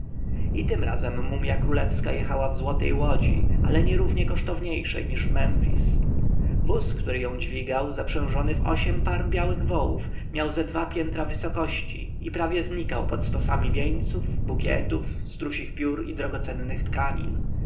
i tym razem mumja królewska jechała w złotej łodzi ale nierównie kosztowniejszej niż w memfisie wóz który ją dźwigał zaprzężony w osiem par białych wołów miał ze dwa piętra wysokości i prawie znikał pod stosami wieńców bukietów strusich piór i drogocennych tkanin